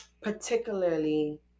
particularly